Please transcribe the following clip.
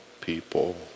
people